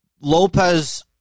Lopez